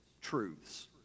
truths